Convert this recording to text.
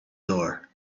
door